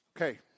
Okay